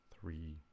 three